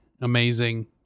amazing